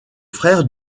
frère